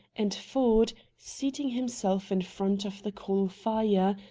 and ford, seating himself in front of the coal fire,